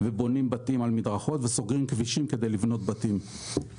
בונים בתים על מדרכות וסוגרים כבישים כדי לבנות בתים.